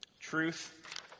Truth